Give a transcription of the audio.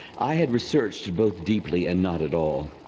i had researched both deeply and not at all,